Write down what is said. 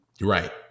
Right